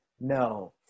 No